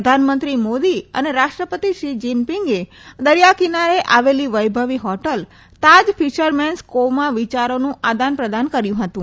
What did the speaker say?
પ્રધાનમંત્રી મોદી અને રાષ્ટ્રપતિ શી એ દરિયા કિનારે આવેલી વૈભવી હોટલ તાજ ફિશરમેન્સ કોવમાં વિચારોનું આદાન પ્રદાન કર્યું હતું